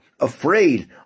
Afraid